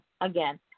again